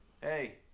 Hey